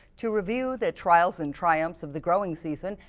to review the trials and triumphs of the growing season,